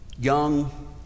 young